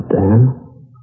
Dan